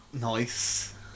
Nice